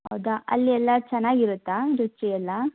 ಹೌದಾ ಅಲ್ಲಿ ಎಲ್ಲ ಚೆನ್ನಾಗಿರುತ್ತಾ ರುಚಿಯೆಲ್ಲ